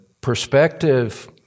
perspective